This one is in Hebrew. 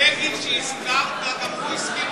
אבל בגין, שהזכרת, גם הוא הסכים